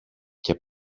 και